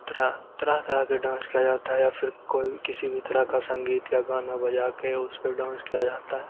तरह तरह तरह के डांस किया जाता है या फिर कोई किसी भी तरह का संगीत या गाना बजा के उसे पर डांस किया जाता है